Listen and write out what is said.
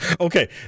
Okay